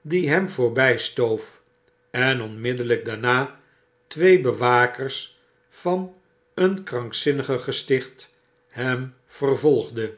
die hem voorby stoof en onmiddellyk daarna twee bewakers van een krankzinnigengesticht hem vervolgende